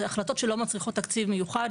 החלטות שלא מצריכות תקציב מיוחד.